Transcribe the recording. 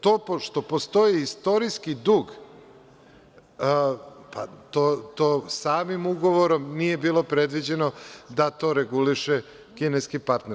To pošto postoji istorijski dug, to samim ugovorom nije bilo predviđeno da to reguliše kineski partner.